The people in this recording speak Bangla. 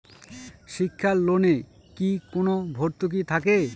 শিক্ষার লোনে কি কোনো ভরতুকি থাকে?